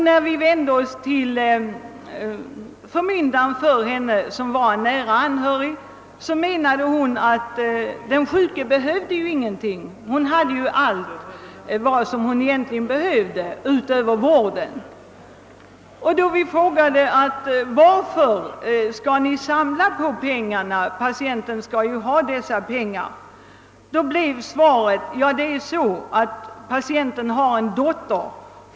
När vi vände oss till hennes förmyndare som var en nära anhörig menade förmyndaren att den sjuka inte behövde några fickpengar. Hon hade allt vad hon egentligen behövde. Då vi frågade förmyndaren varför hon skulle samla på pengarna när patienten behövde dem svarade hon: »Jo, patienten har en dotter.